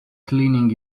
cleaning